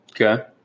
Okay